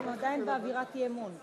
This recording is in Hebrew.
הם עדיין באווירת 40 חתימות.